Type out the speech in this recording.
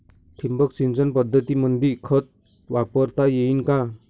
ठिबक सिंचन पद्धतीमंदी खत वापरता येईन का?